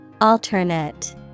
Alternate